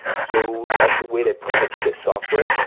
so that's the way they protected the software.